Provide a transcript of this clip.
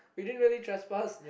we didn't really trespass